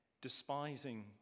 despising